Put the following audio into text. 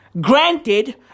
Granted